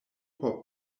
por